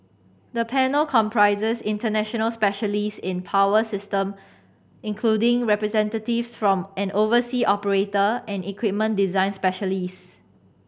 the panel comprises international specialist in power system including representatives from an oversea operator and equipment design specialist